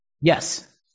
Yes